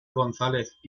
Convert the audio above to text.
gonzález